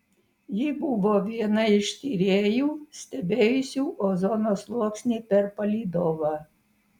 ji buvo viena iš tyrėjų stebėjusių ozono sluoksnį per palydovą